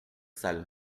sale